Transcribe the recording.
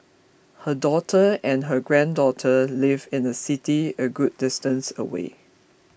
her daughter and her granddaughter live in a city a good distance away